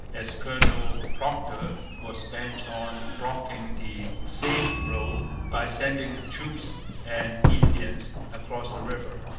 as colonel procter was bent on blocking the same road by sending troops and indians across the river.